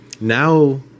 now